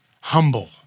Humble